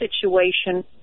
situation